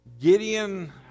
Gideon